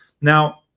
Now